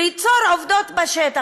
ליצור עובדות בשטח.